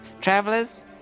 Travelers